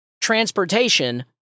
Transportation